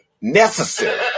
necessary